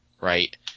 right